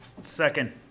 second